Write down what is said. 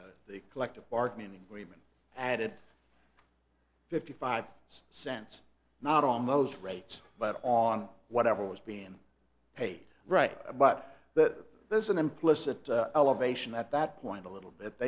t the collective bargaining agreement added fifty five cents not on those rates but on whatever was being paid right but that there's an implicit elevation at that point a little